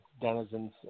denizens